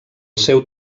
seu